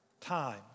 Time